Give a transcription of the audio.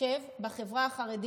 להתחשב בחברה החרדית,